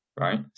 right